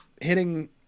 hitting